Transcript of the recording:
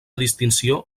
distinció